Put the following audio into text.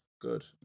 good